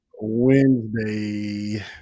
Wednesday